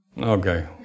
Okay